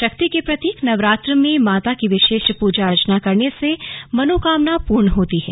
शक्ति के प्रतीक नवरात्र में माता की विशेष पूजा अर्चना करने से मनोकामना पूरी होती है